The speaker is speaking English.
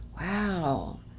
Wow